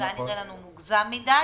זה היה נראה לנו מוגזם מדי.